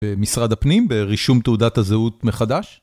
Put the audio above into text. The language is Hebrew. במשרד הפנים ברישום תעודת הזהות מחדש.